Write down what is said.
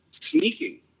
Sneaking